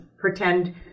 Pretend